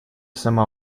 сама